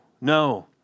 no